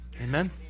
Amen